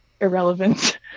irrelevance